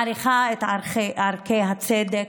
מעריכה את ערכי הצדק,